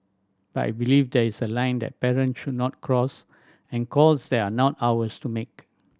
but I believe there is a line that parents should not cross and calls they are not ours to make